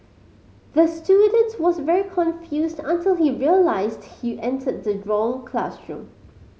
the student was very confused until he realised he entered the wrong classroom